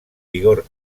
vigor